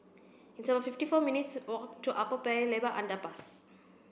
it's about fifty four minutes walk to Upper Paya Lebar Underpass